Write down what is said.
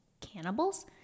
Cannibals